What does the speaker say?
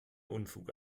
unfug